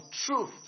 truth